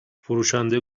فروشنده